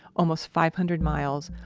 almost five hundred miles,